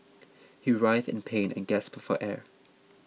he writhed in pain and gasped for air